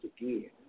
again